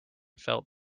felt